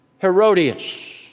Herodias